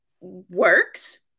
works